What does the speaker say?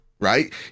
right